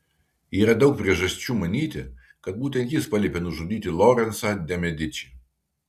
yra daug priežasčių manyti kad būtent jis paliepė nužudyti lorencą de medičį